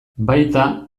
baita